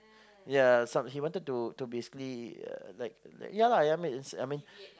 ya some he wanted to to basically uh like like ya lah I mean it's I mean